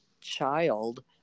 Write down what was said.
child